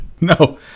No